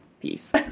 peace